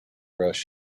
rust